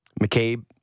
mccabe